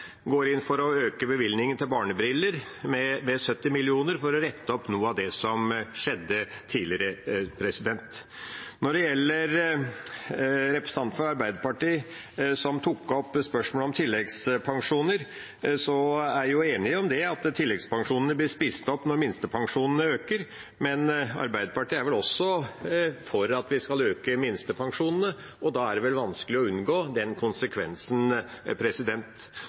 70 mill. kr for å rette opp noe av det som skjedde tidligere. Når det gjelder representanten fra Arbeiderpartiet som tok opp spørsmålet om tilleggspensjoner, er jeg enig i at tilleggspensjonene blir spist opp når minstepensjonene øker, men Arbeiderpartiet er vel også for å øke minstepensjonene, og da er det vel vanskelig å unngå den konsekvensen.